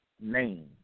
name